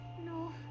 No